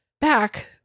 back